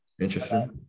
Interesting